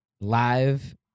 Live